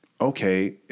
okay